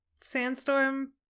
Sandstorm